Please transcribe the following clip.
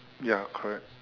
ya correct